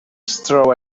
straw